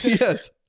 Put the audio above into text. yes